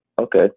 Okay